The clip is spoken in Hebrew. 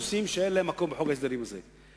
נושאים שאין להם מקום בחוק ההסדרים הזה.